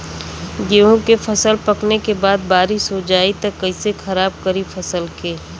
गेहूँ के फसल पकने के बाद बारिश हो जाई त कइसे खराब करी फसल के?